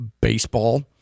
baseball